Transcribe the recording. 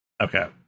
okay